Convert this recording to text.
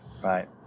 Right